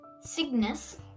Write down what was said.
Cygnus